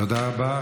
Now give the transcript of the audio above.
תודה רבה.